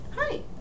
hi